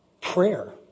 Prayer